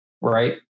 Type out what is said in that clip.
right